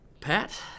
Pat